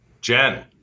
Jen